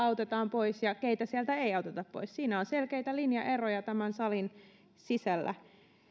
leiriltä autetaan pois ja keitä sieltä ei auteta pois siinä on selkeitä linjaeroja tämän salin sisällä